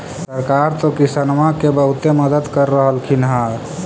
सरकार तो किसानमा के बहुते मदद कर रहल्खिन ह?